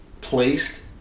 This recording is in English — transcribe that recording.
placed